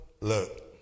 look